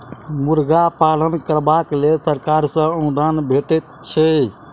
मुर्गा पालन करबाक लेल सरकार सॅ अनुदान भेटैत छै